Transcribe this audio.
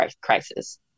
crisis